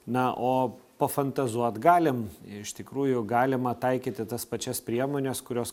na o pafantazuot galim iš tikrųjų galima taikyti tas pačias priemones kurios